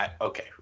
okay